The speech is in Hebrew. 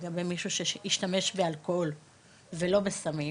לגבי מישהו שהשתמש באלכוהול ולא בסמים,